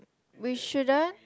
we shouldn't